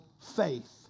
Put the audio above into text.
faith